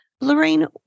Lorraine